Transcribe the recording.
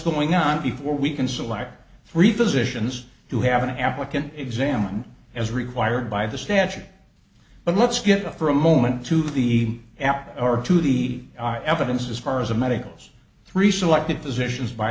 going on before we can select three physicians to have an applicant examined as required by the statute but let's get a for a moment to the apple or to the evidence as far as i'm medicals three selected physicians by